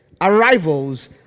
Arrivals